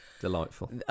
Delightful